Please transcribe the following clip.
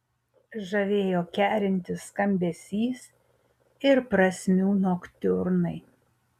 žavėjo kerintis skambesys ir prasmių noktiurnai